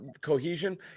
cohesion